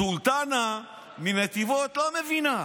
סולטנה מנתיבות לא מבינה,